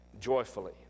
joyfully